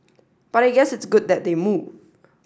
but I guess it's good that they move